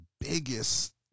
biggest